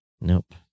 Nope